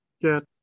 get